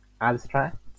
abstract